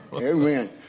Amen